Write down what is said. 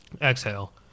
Exhale